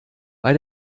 bei